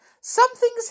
Something's